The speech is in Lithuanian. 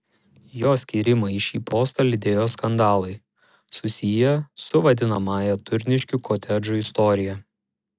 jo skyrimą į šį postą lydėjo skandalai susiję su vadinamąja turniškių kotedžų istorija